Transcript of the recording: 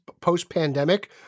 post-pandemic